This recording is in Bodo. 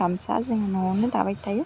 गामसा जों न'आवनो दाबाय थायो